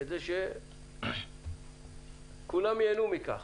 כדי שכולם ייהנו מכך,